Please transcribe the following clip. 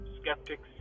skeptics